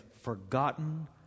forgotten